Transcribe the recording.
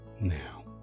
now